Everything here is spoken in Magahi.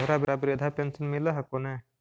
तोहरा वृद्धा पेंशन मिलहको ने?